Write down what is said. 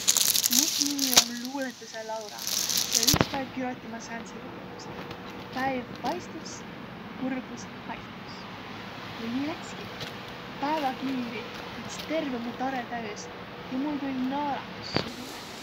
Muq nimi om Luulõtusõ Laura ja üts päiv kirodi ma säändse luulõtusõ: päiv paistus, kurbus haihtus. Ja nii läts'ki. Pääväkiiri läts' terveq mu tarõ täüs ja mul tull' naarahtus suulõ.